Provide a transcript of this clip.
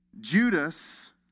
judas